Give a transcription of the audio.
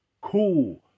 Cool